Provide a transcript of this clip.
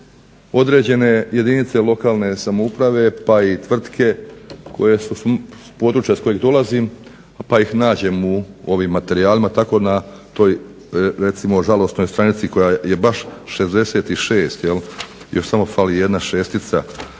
određene jedinice lokalne samouprave pa i tvrtke koje su s područja s kojeg dolazim pa ih nađem u ovim materijalima tako na toj recimo žalosnoj stranici koja je baš 66. Još samo fali jedna šestica